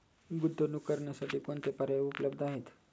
गुंतवणूक करण्यासाठी कोणते पर्याय उपलब्ध आहेत?